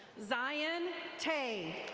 zion tay.